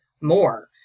more